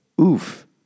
oof